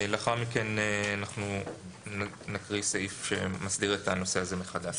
לאחר מכן אנחנו נקריא סעיף שמסדיר את הנושא הזה מחדש.